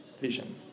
vision